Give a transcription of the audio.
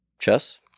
chess